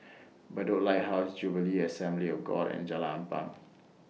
Bedok Lighthouse Jubilee Assembly of God and Jalan Ampang